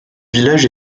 village